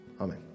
Amen